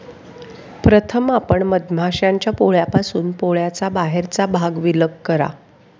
प्रथम आपण मधमाश्यांच्या पोळ्यापासून पोळ्याचा बाहेरचा भाग विलग करा